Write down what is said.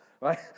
Right